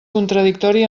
contradictori